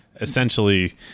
essentially